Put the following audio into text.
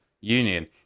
Union